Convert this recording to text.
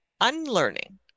unlearning